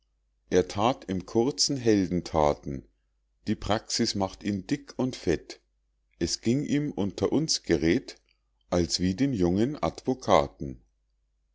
er that im kurzen heldenthaten die praxis macht ihn dick und fett es ging ihm unter uns gered't als wie den jungen advocaten